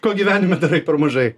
ko gyvenime darai per mažai